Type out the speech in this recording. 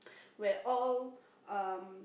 when all um